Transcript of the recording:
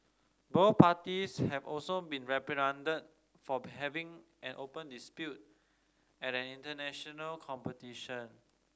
both parties have also been reprimanded for having an open dispute at an international competition